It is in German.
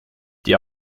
die